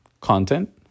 content